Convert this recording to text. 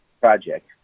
project